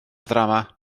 ddrama